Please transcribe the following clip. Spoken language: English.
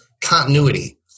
continuity